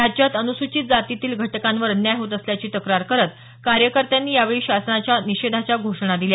राज्यात अनुसूचित जातींतील घटकांवर अन्याय होत असल्याची तक्रार करत कार्यकर्त्यांनी यावेळी शासनाच्या निषेधाच्या घोषणा दिल्या